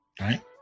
right